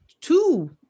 two